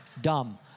Dumb